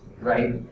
right